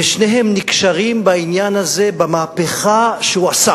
ושניהם נקשרים בעניין הזה במהפכה שהוא עשה